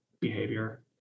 behavior